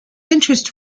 interest